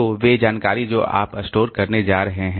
तो वे जानकारी जो आप स्टोर करने जा रहे हैं